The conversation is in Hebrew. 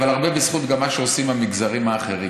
אבל הרבה בזכות גם מה שעושים המגזרים האחרים.